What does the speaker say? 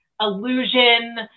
illusion